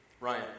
Ryan